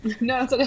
No